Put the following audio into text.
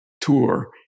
tour